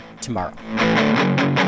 tomorrow